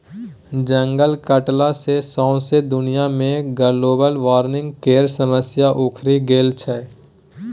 जंगल कटला सँ सौंसे दुनिया मे ग्लोबल बार्मिंग केर समस्या उखरि गेल छै